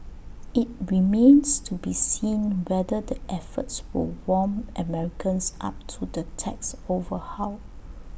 IT remains to be seen whether the efforts will warm Americans up to the tax overhaul